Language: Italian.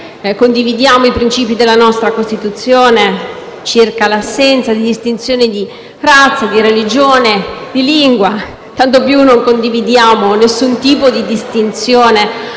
condividiamo i principi della nostra Costituzione circa l'assenza di distinzioni di razza, di religione e di lingua e tanto più non condividiamo nessun tipo di distinzione.